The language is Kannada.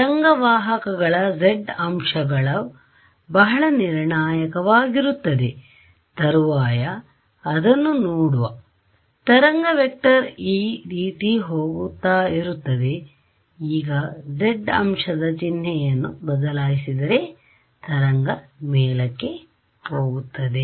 ತರಂಗ ವಾಹಕಗಳ z ಅಂಶಗಳು ಬಹಳ ನಿರ್ಣಾಯಕವಾಗಿರುತ್ತದೆ ತರುವಾಯ ಅದನ್ನು ನೋಡುವತರಂಗ ವೆಕ್ಟರ್ ಈ ರೀತಿ ಹೊಗ್ತಾ ಇರುತ್ತದೆ ಈಗ z ಅಂಶದ ಚಿಹ್ನೆ ಯನ್ನು ಬದಲಾಯಿಸಿದರೆ ತರಂಗ ಮೇಲಕ್ಕೆ ಹೋಗುತ್ತದೆ